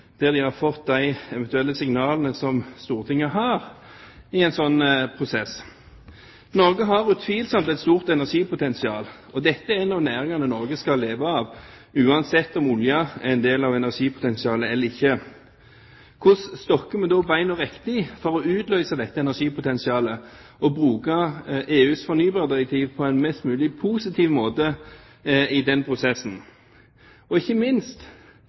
der de har fått de eventuelle signalene som Stortinget måtte ha i en slik prosess. Norge har utvilsomt et stort energipotensial. Dette er en av næringene Norge skal leve av uansett om olje er en del av energipotensialet eller ikke. Hvordan stokker vi da bena riktig for å utløse dette energipotensialet og bruke EUs fornybardirektiv på en mest mulig positiv måte i den prosessen? Og ikke minst: